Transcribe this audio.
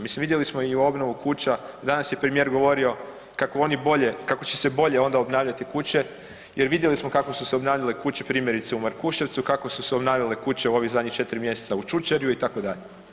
Mislim, vidjeli smo i obnovu kuća, danas je premijer govorio kako oni bolje, kako će se bolje onda obnavljati kuće jer vidjeli smo kako su se obnavljale kuće, primjerice u Markuševcu, kako su se obnavljale kuće u ovih zadnjih 4 mjeseca u Čučerju, itd.